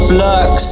Flux